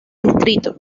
distrito